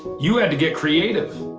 you had to get creative.